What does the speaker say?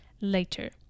later